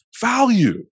value